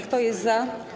Kto jest za?